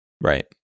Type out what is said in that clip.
Right